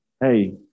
Hey